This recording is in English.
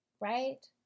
right